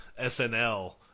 SNL